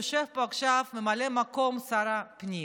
יושב פה עכשיו ממלא מקום שר הפנים.